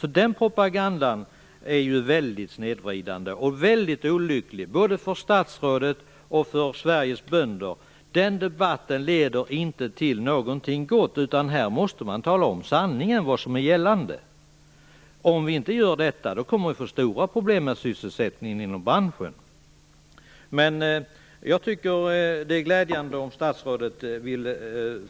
Så den propagandan är väldigt snedvriden och väldigt olycklig både för statsrådet och för Sveriges bönder. Den debatten leder inte till någonting gott. Här måste man tala om sanningen och om vad som gäller. Om vi inte gör det, kommer vi att få stora problem med sysselsättningen inom branschen. Men jag tycker att det vore glädjande om statsrådet ville